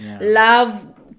Love